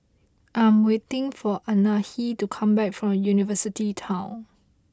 I am waiting for Anahi to come back from University Town